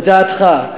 לדעתך,